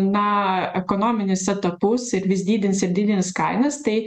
na ekonominius etapus ir vis didins ir didins kainas tai